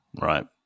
Right